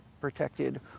protected